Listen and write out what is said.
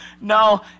No